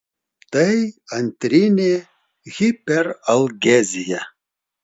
tai antrinė hiperalgezija